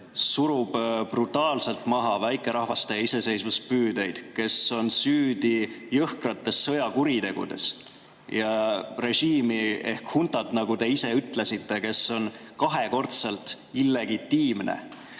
surub brutaalselt maha väikerahvaste iseseisvuspüüdeid ja on süüdi jõhkrates sõjakuritegudes, ja režiim ehk hunta, nagu te ise ütlesite, on kahekordselt illegitiimne,